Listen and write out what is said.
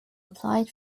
applied